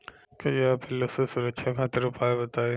कजरा पिल्लू से सुरक्षा खातिर उपाय बताई?